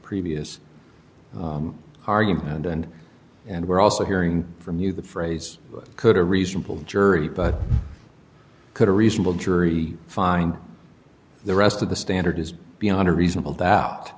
previous argument and and we're also hearing from you the phrase could a reasonable jury but could a reasonable jury find the rest of the standard is beyond a reasonable doubt